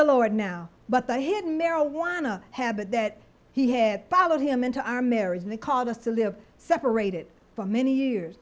the lord now but i had marijuana habit that he had followed him into our marriage and he called us to live separated for many years